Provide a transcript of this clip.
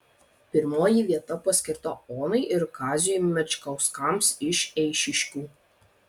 pirmoji vieta paskirta onai ir kaziui mečkauskams iš eišiškių